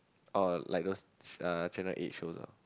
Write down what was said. or like the uh channel eight shows ah